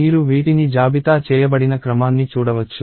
మీరు వీటిని జాబితా చేయబడిన క్రమాన్ని చూడవచ్చు